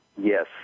Yes